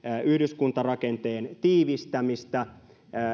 yhdyskuntarakenteen tiivistämistä